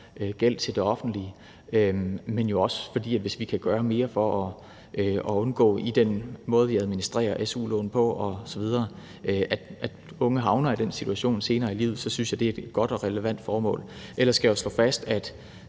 gæld til det offentlige. Men det er jo også sådan, at hvis vi kan gøre noget i den måde, vi administrerer su-lån på osv., for at undgå, at unge havner i den situation senere i livet, så synes jeg, at det er et godt og relevant formål. Ellers skal jeg slå fast i